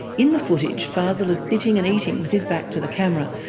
in the footage, fazel is sitting and eating with his back to the camera,